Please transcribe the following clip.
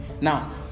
Now